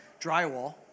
drywall